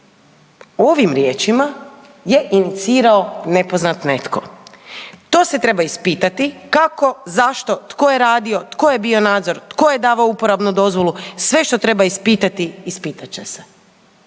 ovim riječima je inicirati nepoznat netko. To se treba ispitati kako, zašto, tko je bio nadzor, tko je davao uporabnu dozvolu, sve što treba ispitati, ispitat će se.